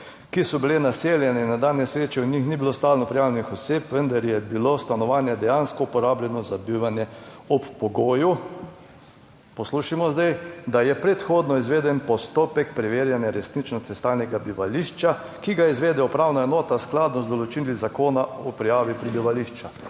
ki so bile naseljene na dan nesreče, v njih ni bilo stalno prijavljenih oseb, vendar je bilo stanovanje dejansko uporabljeno za bivanje ob pogoju, poslušajmo zdaj, da je predhodno izveden postopek preverjanja resničnosti stalnega bivališča, ki ga izvede upravna enota skladno z določili Zakona o prijavi prebivališča.